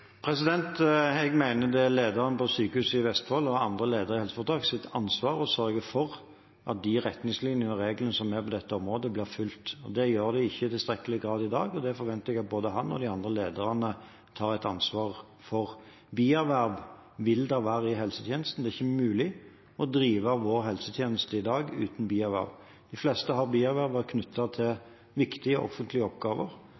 Jeg mener det er ansvaret til lederen på sykehuset i Vestfold og andre ledere i helseforetak å sørge for at de retningslinjene og reglene som er på dette området, blir fulgt. Det gjør de ikke i tilstrekkelig grad i dag, og det forventer jeg at både han og de andre lederne tar et ansvar for. Bierverv vil det være i helsetjenesten. Det er ikke mulig å drive vår helsetjeneste i dag uten bierverv. De fleste har bierverv som er knyttet til viktige offentlige oppgaver,